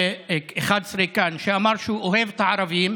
11 כאן, שאמר שהוא אוהב את הערבים,